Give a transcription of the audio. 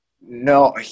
No